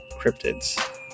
cryptids